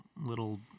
little